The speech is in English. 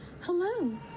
Hello